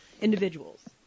individuals